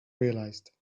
realized